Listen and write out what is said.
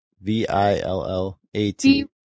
v-i-l-l-a-t